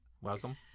Welcome